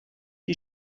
die